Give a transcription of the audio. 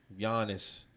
Giannis